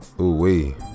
Ooh-wee